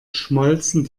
schmolzen